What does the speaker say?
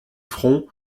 front